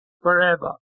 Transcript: forever